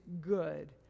good